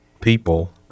people